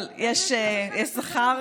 אבל יש שכר.